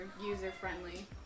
user-friendly